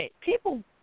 people